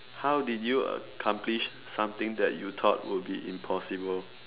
how did you accomplish something that you thought would be impossible